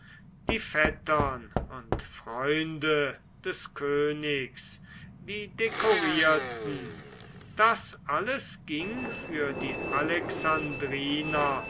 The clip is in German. die vettern und freunde des königs die dekorierten das alles ging für die